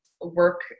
work